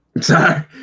Sorry